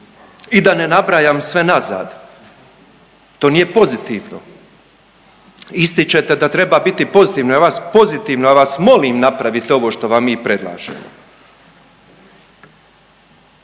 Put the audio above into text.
i da ne nabrajam sve nazad. To nije pozitivno. Ističite da treba biti pozitivno, pozitivno ja vas molim napravite ovo što vam mi predlažemo.